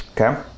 Okay